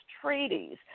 treaties